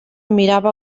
mirava